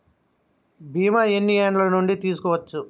బీమా ఎన్ని ఏండ్ల నుండి తీసుకోవచ్చు?